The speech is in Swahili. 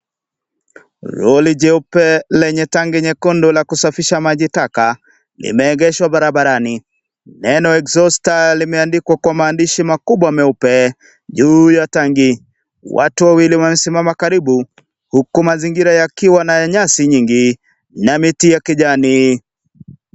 Lori jeupe lenye tanki nyekundu la kusafisha maji taka limeegheshwa barabarani, neno (cs) exhauster (cs) limeandikwa kwa mandhishi makubwa meupe juu ya tabki, watu wawili wamesimama karibu huku mazingira yakiwa ni ya nyasi nyingi na miti ya kijani.